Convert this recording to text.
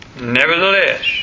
Nevertheless